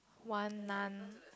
one none